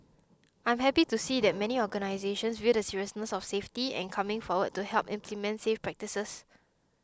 I am happy to see that many organisations view the seriousness of safety and coming forward to help implement safe practices